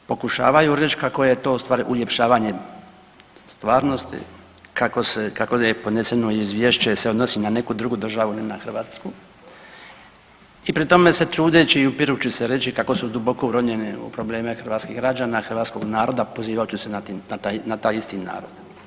Pokušavaju reći kako je to ustvari uljepšavanje stvarnosti, kako se, kako je podneseno izvješće se odnosi na neku drugu državu, ne na Hrvatsku i pri tome se trudeći i upirući se reći kako su duboko uronjeni u probleme hrvatskih građana, hrvatskog naroda, pozivajući se na taj isti narod.